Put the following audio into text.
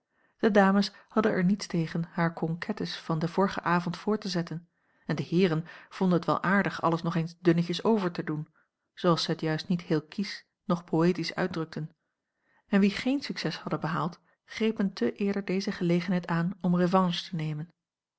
de dames hadden er niets tegen hare conquêtes van den vorigen avond voort te zetten en de heeren vonden het wel aardig alles nog eens dunnetjes over te doen zooals zij het juist niet heel kiesch noch poëtisch uitdrukten en wie geen succes hadden behaald grepen te eerder deze gelegenheid aan om revanche te nemen